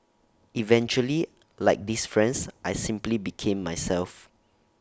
eventually like these friends I simply became myself